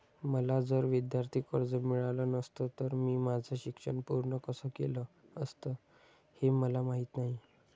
मला जर विद्यार्थी कर्ज मिळालं नसतं तर मी माझं शिक्षण पूर्ण कसं केलं असतं, हे मला माहीत नाही